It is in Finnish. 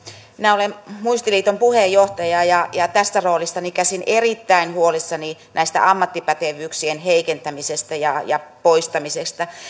minä olen muistiliiton puheenjohtaja ja ja tästä roolistani käsin erittäin huolissani näiden ammattipätevyyksien heikentämisestä ja ja poistamisesta